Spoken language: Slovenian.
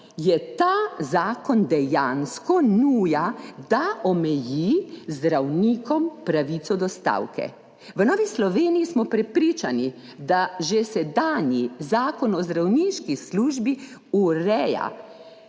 je ta zakon dejansko nuja, da omeji zdravnikom pravico do stavke. V Novi Sloveniji smo prepričani, da že sedanji Zakon o zdravniški službi ureja,